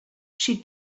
she